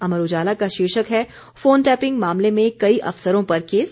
अमर उजाला का शीर्षक है फोन टैपिंग मामले में कई अफसरो पर केस